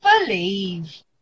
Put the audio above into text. believe